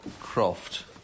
Croft